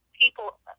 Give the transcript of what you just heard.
people